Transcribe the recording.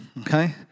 okay